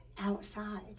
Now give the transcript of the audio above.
outside